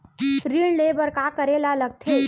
ऋण ले बर का करे ला लगथे?